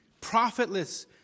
profitless